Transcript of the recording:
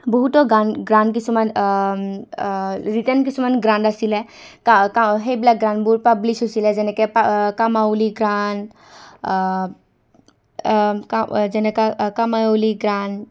বহুতো গান গ্ৰণ্ড কিছুমান ৰিটাৰ্ণ কিছুমান গ্ৰাণ্ড আছিলে সেইবিলাক গ্ৰানণ্ডবোৰ পাব্লিছ হৈছিলে যেনেকৈ কামাৱলী গ্ৰাণ্ড যেনেকুৱা কামাৱলী গ্ৰাণ্ড